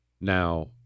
now